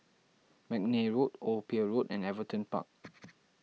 McNair Road Old Pier Road and Everton Park